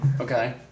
Okay